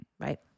right